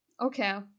Okay